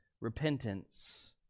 repentance